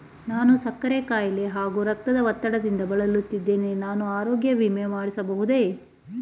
ನಾನು ಸಕ್ಕರೆ ಖಾಯಿಲೆ ಹಾಗೂ ರಕ್ತದ ಒತ್ತಡದಿಂದ ಬಳಲುತ್ತಿದ್ದೇನೆ ನಾನು ಆರೋಗ್ಯ ವಿಮೆ ಮಾಡಿಸಬಹುದೇ?